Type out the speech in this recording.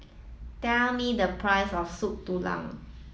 tell me the price of Soup Tulang